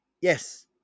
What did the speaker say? yes